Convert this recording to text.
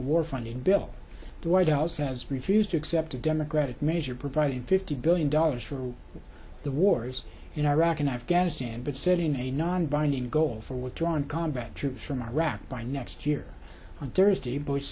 a war funding bill the white house has refused to accept a democratic measure providing fifty billion dollars for the wars in iraq and afghanistan but setting a non binding goal for withdrawing combat troops from iraq by next year on thursday bush